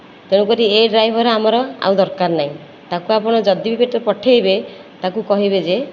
ତେଣୁ କରି ଏ ଡ୍ରାଇଭର ଆମର ଆଉ ଦରକାର ନାହିଁ ତାକୁ ଆପଣ ଯଦି ବି ପଠାଇବେ ତାକୁ କହିବେ ଯେ